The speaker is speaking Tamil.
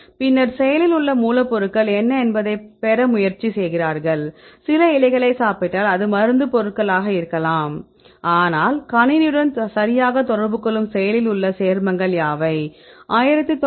பின்னர் செயலில் உள்ள மூலப்பொருள் என்ன என்பதைப் பெற முயற்சி செய்கிறார்கள் சில இலைகளை சாப்பிட்டால் அது மருந்துப் பொருளாக இருக்கலாம் ஆனால் கணினியுடன் சரியாக தொடர்பு கொள்ளும் செயலில் உள்ள சேர்மங்கள் யாவை